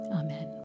amen